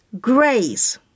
grace